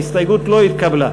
ההסתייגות לא התקבלה.